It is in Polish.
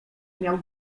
miał